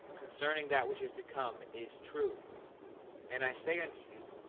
concerning that which is to come, is true and i say unto you,